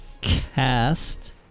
cast